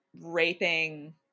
raping